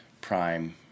prime